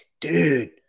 dude